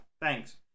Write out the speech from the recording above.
thanks